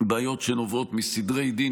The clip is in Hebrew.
בעיות שנובעות מסדרי דין.